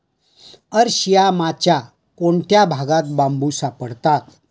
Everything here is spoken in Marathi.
अरशियामाच्या कोणत्या भागात बांबू सापडतात?